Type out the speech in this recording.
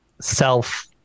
self